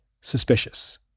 suspicious